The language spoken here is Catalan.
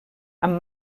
amb